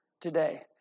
today